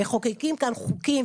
מחוקקים כאן חוקים,